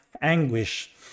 anguish